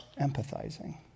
empathizing